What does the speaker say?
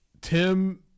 Tim